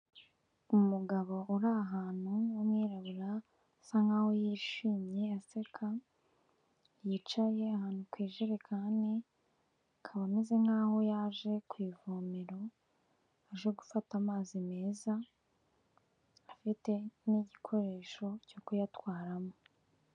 Umugabo uri ahantu, w'umwirabura, asa nkaho yishimye aseka, yicaye ahantu ku ijerekani, akaba ameze nkaho yaje ku ivomero, aje gufata amazi meza, afite n'igikoresho cyo kuyatwaramo.